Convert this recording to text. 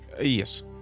yes